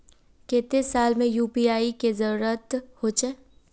केते साल में यु.पी.आई के जरुरत होचे?